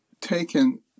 taken